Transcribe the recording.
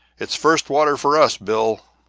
it's first water for us, bill,